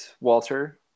Walter